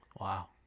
Wow